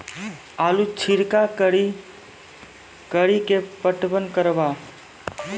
आलू छिरका कड़ी के पटवन करवा?